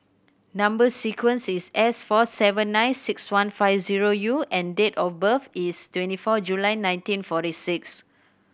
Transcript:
number sequence is S four seven nine six one five zero U and date of birth is twenty four July nineteen forty six